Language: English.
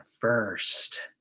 first